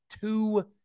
two